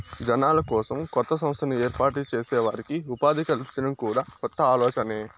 జనాల కోసం కొత్త సంస్థను ఏర్పాటు చేసి వారికి ఉపాధి కల్పించడం కూడా కొత్త ఆలోచనే